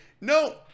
No